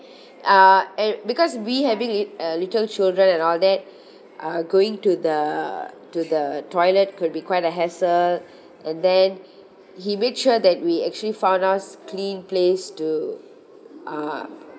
uh and because we having it uh little children and all that uh going to the to the toilet could be quite a hassle and then he made sure that we actually found us clean place to uh